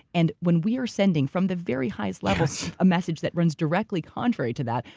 and when we are sending from the very highest level a message that runs directly contrary to that,